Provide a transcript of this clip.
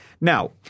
Now